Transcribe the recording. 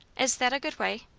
is that a good way?